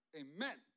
amen